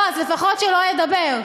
לא, אז לפחות שלא ידבר.